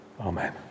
Amen